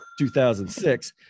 2006